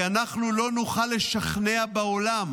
כי אנחנו לא נוכל לשכנע בעולם,